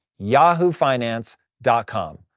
yahoofinance.com